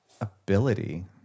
ability